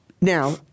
Now